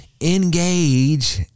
engage